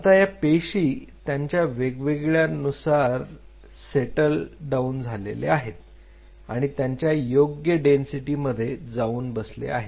आता या पेशी त्यांच्या वेगवेगळ्या नुसार सेटल डाऊन झाले आहेत आणि त्यांच्या योग्य डेन्सिटी मध्ये जाऊन बसले आहेत